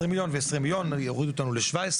20 מיליון ו-20 מיליון, יורידו אותנו ל-17.